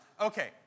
Okay